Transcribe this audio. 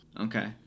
Okay